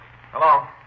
Hello